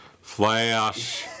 Flash